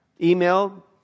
Email